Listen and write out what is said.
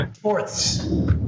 fourths